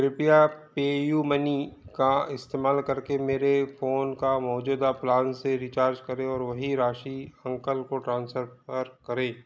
कृपया पेयूमनी का इस्तेमाल करके मेरे फ़ोन का मौजूदा प्लान से रिचार्ज करें और वही राशि अंकल को ट्रांसफ़र कर करें